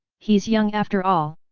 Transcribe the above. he's young after all.